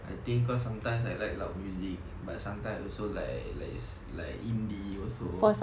I think cause sometimes I like loud music but sometimes also like like like indie also